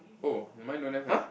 oh mine don't have leh